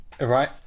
Right